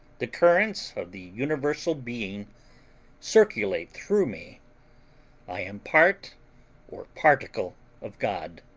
the currents of the universal being circulate through me i am part or particle of god.